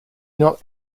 not